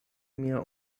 mia